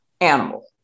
animal